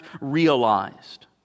realized